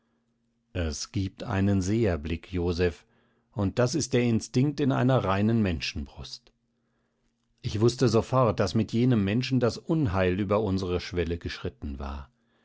es gibt einen seherblick joseph und das ist der instinkt in einer reinen menschenbrust ich wußte sofort daß mit jenem menschen das unheil über unsere schwelle geschritten war